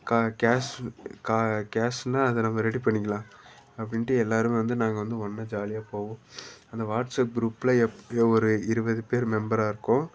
கா கேஷ் கா கேஷ்னால் அதை நம்ம ரெடி பண்ணிக்கலாம் அப்படின்ட்டு எல்லோருமே வந்து நாங்கள் வந்து ஒன்றா ஜாலியாக போவோம் அந்த வாட்ஸப் க்ரூப்பில் எப் ஒரு இருபது பேரு மெம்பராக இருக்கோம்